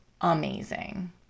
amazing